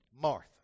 Martha